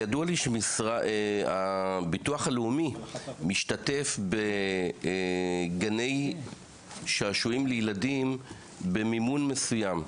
ידוע לי שהביטוח הלאומי משתתף בגני שעשועים לילדים במימון מסוים.